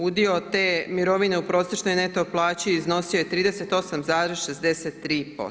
Udio te mirovine u prosječnoj neto plaći iznosio je 38,63%